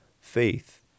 faith